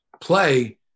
play